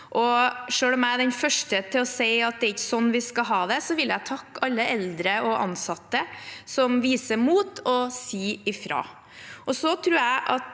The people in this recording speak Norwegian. Selv om jeg er den første til å si at det ikke er slik vi skal ha det, vil jeg takke alle eldre og ansatte som viser mot og sier fra.